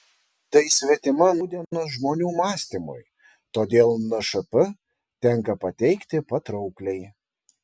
tai svetima nūdienos žmonių mąstymui todėl nšp tenka pateikti patraukliai